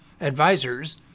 advisors